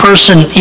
person